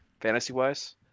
fantasy-wise